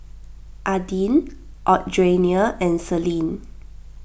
Adin Audrianna and Celine